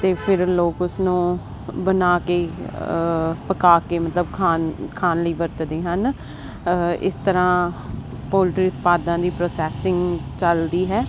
ਤੇ ਫਿਰ ਲੋਕ ਉਸਨੂੰ ਬਣਾ ਕੇ ਪਕਾ ਕੇ ਮਤਲਬ ਖਾਣ ਖਾਣ ਲਈ ਵਰਤਦੇ ਹਨ ਇਸ ਤਰਾਂ ਪੋਲਟਰੀ ਉਤਪਾਦਾ ਦੀ ਪ੍ਰੋਸੈਸਿੰਗ ਚਲਦੀ ਹੈ